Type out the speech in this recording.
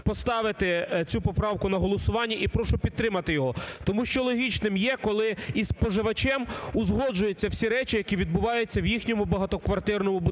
я прошу цю поправку на голосування і прошу підтримати його. Тому що логічним є, коли із споживачем узгоджуються всі речі, які відбуваються в їхньому багатоквартирному будинку.